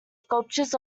sculptures